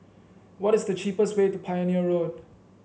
what is the cheapest way to Pioneer Road